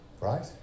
Right